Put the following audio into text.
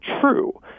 true